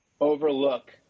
overlook